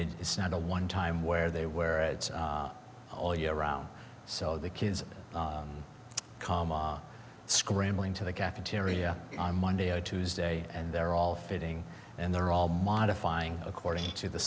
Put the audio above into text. it is not a one time where they wear it all year round so the kids comma scrambling to the cafeteria on monday or tuesday and they're all fitting and they're all modifying according to the